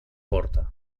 porta